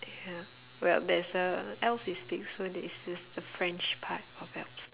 ya well there's a alps is big so there's this the french part of alps